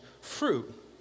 fruit